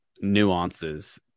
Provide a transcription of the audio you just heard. nuances